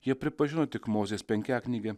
jie pripažino tik mozės penkiaknygė